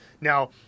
Now